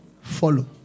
Follow